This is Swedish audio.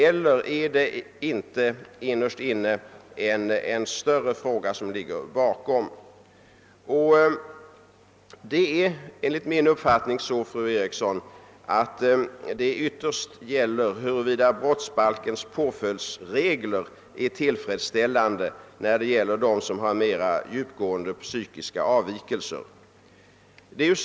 Eller är det innerst inne en större fråga som ligger bakom? Enligt min uppfattning är det så, fru Eriksson, att det ytterst gäller huruvida brottsbalkens påföljdsregler är tillfredsställande i avseende på dem som har mer djupgående psykiska avvikelser.